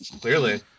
Clearly